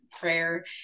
prayer